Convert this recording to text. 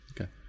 Okay